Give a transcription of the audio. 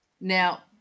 Now